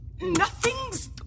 Nothing's